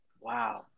Wow